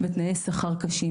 ותנאי שכר קשים.